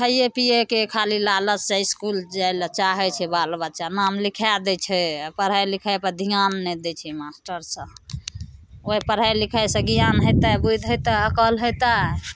खाइए पिएके खाली लालचसे इसकुल जाएले चाहै छै बाल बच्चा नाम लिखै दै छै अँ पढ़ाइ लिखाइपर धिआन नहि दै छै मास्टरसभ ओहि पढ़ाइ लिखाइसे ज्ञान हेतै बुधि हेतै अकिल हेतै